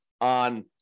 on